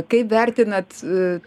kaip vertinat